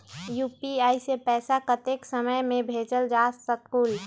UPI से पैसा कतेक समय मे भेजल जा स्कूल?